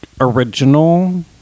Original